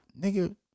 nigga